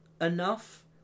enough